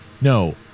No